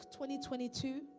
2022